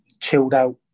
chilled-out